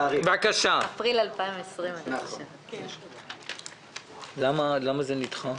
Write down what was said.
אפריל 2020. למה זה נדחה?